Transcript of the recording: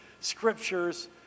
scriptures